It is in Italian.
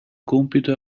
compito